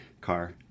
car